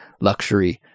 luxury